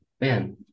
man